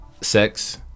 sex